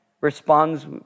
Responds